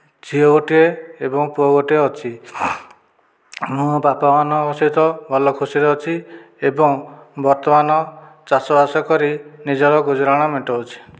ଝିଅ ଗୋଟିଏ ଏବଂ ପୁଅ ଗୋଟିଏ ଅଛି ମୁଁ ବାପା ମା'ଙ୍କ ସହିତ ଭଲ ଖୁସିରେ ଅଛି ଏବଂ ବର୍ତ୍ତମାନ ଚାଷ ବାସ କରି ନିଜର ଗୁଜୁରାଣ ମେଣ୍ଟାଉଛି